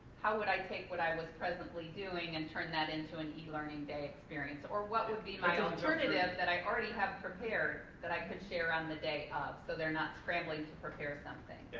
how would i take what i was presently doing and turn that into an e-learning day experience? or what would be alternative that i already have prepared, that i could share on the day of, so they're not scrambling to prepare something. yeah,